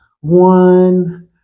one